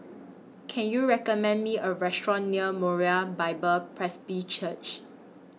Can YOU recommend Me A Restaurant near Moriah Bible Presby Church